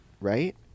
right